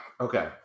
Okay